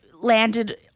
landed